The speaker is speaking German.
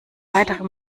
weitere